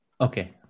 Okay